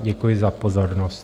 Děkuji za pozornost.